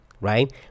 right